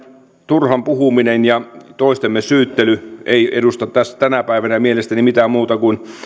turhan puhuminen ja toistemme syyttely eivät edusta tänä päivänä mielestäni mitään ne eivät muuta kuin